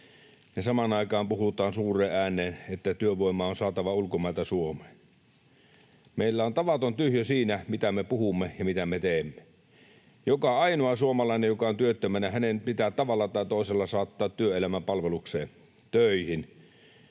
ja samaan aikaan puhutaan suureen ääneen, että työvoimaa on saatava ulkomailta Suomeen. Meillä on tavaton tyhjiö siinä, mitä me puhumme ja mitä me teemme. Joka ainoa suomalainen, joka on työttömänä, pitää tavalla tai toisella saattaa työelämän palvelukseen, töihin.